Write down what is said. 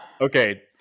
Okay